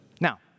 Now